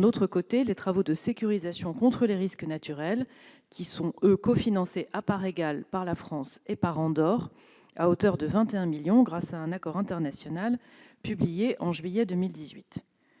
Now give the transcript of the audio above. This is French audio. d'autre part, les travaux de sécurisation contre les risques naturels, qui sont, eux, cofinancés à parts égales par la France et par Andorre à hauteur de 21 millions d'euros grâce à un accord international publié en juillet 2018.